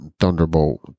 Thunderbolt